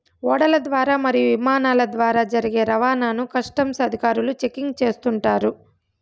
ఓడల ద్వారా మరియు ఇమానాల ద్వారా జరిగే రవాణాను కస్టమ్స్ అధికారులు చెకింగ్ చేస్తుంటారు